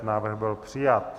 Návrh byl přijat.